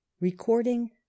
Recording